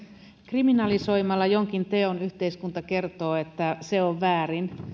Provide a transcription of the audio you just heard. kriminalisoimalla jonkin teon yhteiskunta kertoo että se on väärin